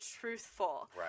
truthful